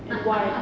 and why